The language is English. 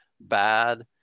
bad